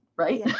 right